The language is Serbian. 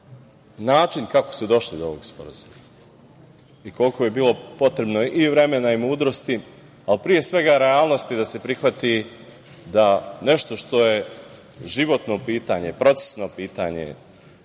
način kako se došlo od ovog sporazuma i koliko je bilo potrebno i vremena i mudrosti, ali pre svega, realnosti da se prihvati da nešto što je životno pitanje, procesno pitanje,